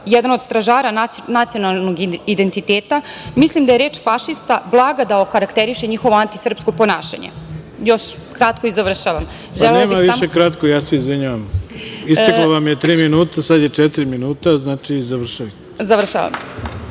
jedan od stražara nacionalnog identiteta, mislim da je reč fašista blaga da okarakteriše njihovo antisrpsko ponašanje. Kratko i završavam.(Predsednik: Nema više kratko, izvinjavam se, isteklo vam je tri minuta. Sada je četvrti minut, znači završavajte.)Još